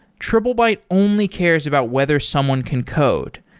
triplebyte only cares about whether someone can code.